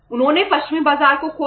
उन्होंने पश्चिमी बाजार को खो दिया